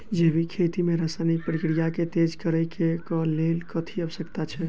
जैविक खेती मे रासायनिक प्रक्रिया केँ तेज करै केँ कऽ लेल कथी आवश्यक छै?